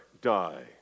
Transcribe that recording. die